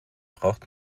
braucht